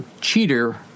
cheater